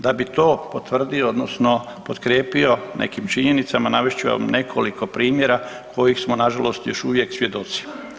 Da bi to potvrdio odnosno potkrijepio nekim činjenicama, navest ću vam nekoliko primjera kojih smo nažalost još uvije svjedoci.